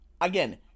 again